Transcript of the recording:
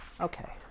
Okay